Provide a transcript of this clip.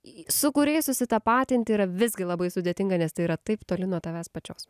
į su kuriais susitapatinti yra visgi labai sudėtinga nes tai yra taip toli nuo tavęs pačios